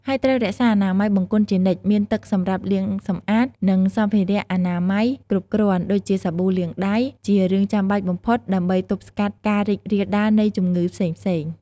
ហើយត្រូវរក្សាអនាម័យបង្គន់ជានិច្ច មានទឹកសម្រាប់លាងសម្អាត និងសម្ភារៈអនាម័យគ្រប់គ្រាន់ ដូចជាសាប៊ូលាងដៃ ជារឿងចាំបាច់បំផុតដើម្បីទប់ស្កាត់ការរីករាលដាលនៃជំងឺផ្សេងៗ។